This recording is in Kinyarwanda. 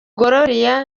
gloria